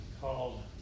called